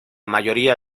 mayoría